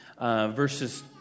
verses